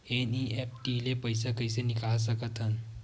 NEFT ले पईसा कइसे निकाल सकत हन?